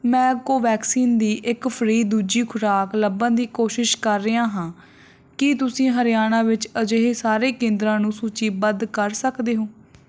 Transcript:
ਮੈਂ ਕੋਵੈਕਸੀਨ ਦੀ ਇੱਕ ਫ੍ਰੀ ਦੂਜੀ ਖੁਰਾਕ ਲੱਭਣ ਦੀ ਕੋਸ਼ਿਸ਼ ਕਰ ਰਿਹਾ ਹਾਂ ਕੀ ਤੁਸੀਂ ਹਰਿਆਣਾ ਵਿੱਚ ਅਜਿਹੇ ਸਾਰੇ ਕੇਂਦਰਾਂ ਨੂੰ ਸੂਚੀਬੱਧ ਕਰ ਸਕਦੇ ਹੋ